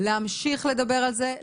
להמשיך לדבר על זה,